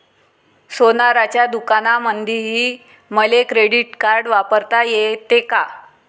सोनाराच्या दुकानामंधीही मले क्रेडिट कार्ड वापरता येते का?